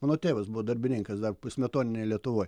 mano tėvas buvo darbininkas dar smetoninėj lietuvoj